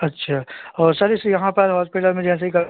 अच्छा और सर इस यहाँ पर हॉस्पिटल में जैसे का